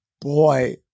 boy